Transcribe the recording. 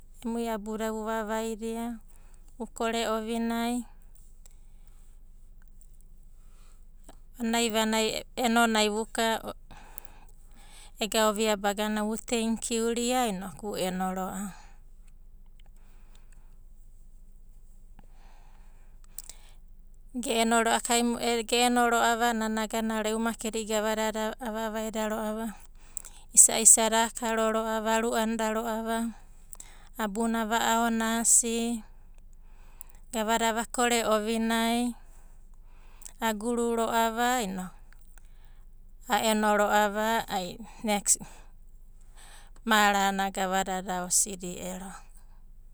Emui abuda vu vavaidia vukore ovinai vanai vanai enonai vuka ega ovia bagana vu tenkiu ria inoku vu enoro'a. ge eno ra'a kai ge enoro'a nana agana ro'ava e'u makedi gavadada avavaida ro'ava, isaisada akaro ro'ava, abuna va'aonasi gavada vakore ovinai, aguru aguru ro'ava inoku a'enoro'ava ai neks, marana gavadada osidi ero.